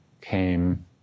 came